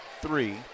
three